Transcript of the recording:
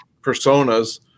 personas